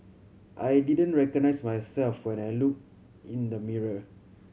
I didn't recognise myself when I looked in the mirror